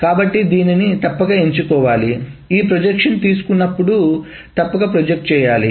కాబట్టి దీనిని తప్పక ఎంచుకోవాలి ఈ ప్రొజెక్షన్ తీసుకున్నప్పుడు తప్పక ప్రొజెక్ట్ చేయాలి